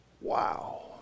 wow